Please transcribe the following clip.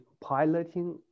piloting